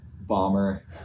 bomber